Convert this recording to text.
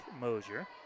Mosier